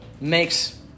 makes